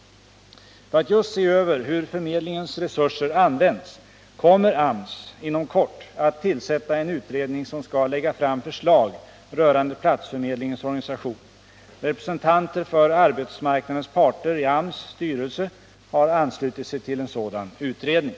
För att just se över hur förmedlingens resurser används kommer AMS inom kort att tillsätta en utredning som skall lägga fram förslag rörande platsförmedlingens organisation. Representanter för arbetsmarknadens parter i AMS styrelse har anslutit sig till en sådan utredning.